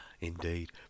indeed